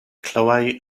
clywai